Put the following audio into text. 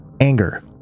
anger